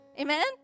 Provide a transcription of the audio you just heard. Amen